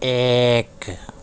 ایک